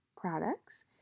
products